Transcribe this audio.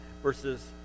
verses